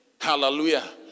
hallelujah